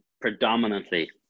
predominantly